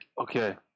okay